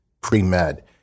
pre-med